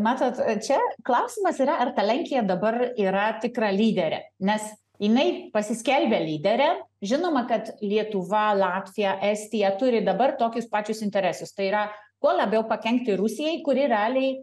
matot čia klausimas yra ar ta lenkija dabar yra tikra lyderė nes jinai pasiskelbė lydere žinoma kad lietuva latvija estija turi dabar tokius pačius interesus tai yra kuo labiau pakenkti rusijai kuri realiai